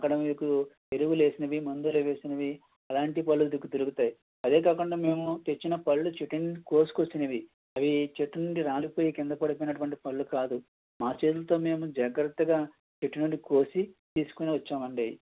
అక్కడ మీకు ఎరువులేసినవి మందులు వేసినవి అలాంటి పళ్ళు మీకు దొరుకుతాయి అదేకాకుండా మేము తెచ్చిన పళ్ళు చెట్టు నుండి కోసుకొచ్చినవి చెట్టు నుండి రాలిపోయి కింద పడిపోయినటువంటి పళ్ళు కాదు మా చేతుల్తో మేము జాగ్రత్తగా చెట్టు నుండి కోసి తీసుకుని వచ్చామండి